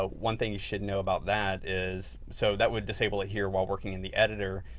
ah one thing you should know about that is, so that would disable it here while working in the editor,